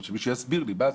אבל שמישהו יסביר לי מה זה,